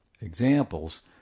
examples